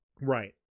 Right